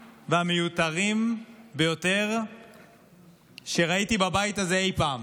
והמיותרים ביותר שראיתי בבית הזה אי פעם.